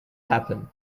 happen